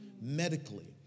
Medically